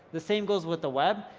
the same goes with the web.